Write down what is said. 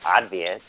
obvious